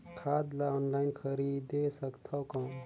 खाद ला ऑनलाइन खरीदे सकथव कौन?